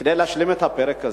כדי להשלים את הפרק הזה,